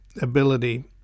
ability